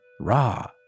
raw